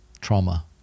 trauma